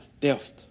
death